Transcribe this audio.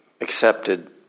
accepted